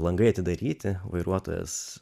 langai atidaryti vairuotojas